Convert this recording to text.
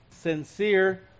sincere